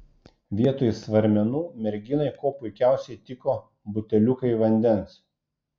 vietoj svarmenų merginai kuo puikiausiai tiko buteliukai vandens